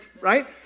right